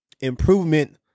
Improvement